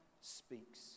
speaks